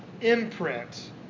imprint